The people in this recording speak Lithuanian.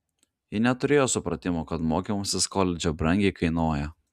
ji neturėjo supratimo kad mokymasis koledže brangiai kainuoja